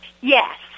Yes